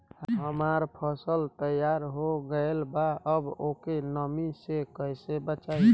हमार फसल तैयार हो गएल बा अब ओके नमी से कइसे बचाई?